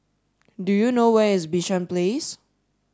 do you know where is Bishan Place